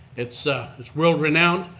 it's ah it's world renowned.